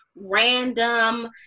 random